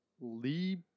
lee